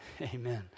Amen